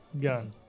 gun